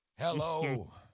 hello